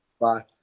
Bye